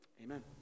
Amen